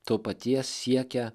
to paties siekia